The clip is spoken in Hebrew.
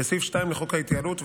בסעיף 2 לחוק ההתייעלות,